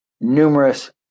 Numerous